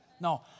No